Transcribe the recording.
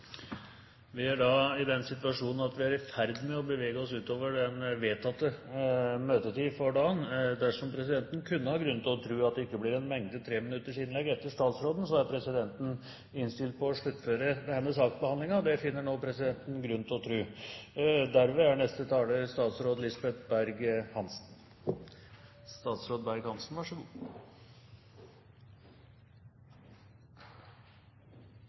Vi er nå i den situasjon at vi er i ferd med å bevege oss utover den vedtatte tid for formiddagsmøtet. Dersom presidenten kunne ha grunn til å tro at det ikke vil bli en mengde treminutters innlegg etter statsråden – og det finner presidenten grunn til å tro – er presidenten innstilt på å sluttføre behandlingen av denne saken. – Det anses vedtatt. Kongekrabben er en fremmed art i norske farvann, og